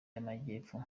y’amajyepfo